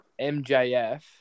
MJF